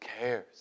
cares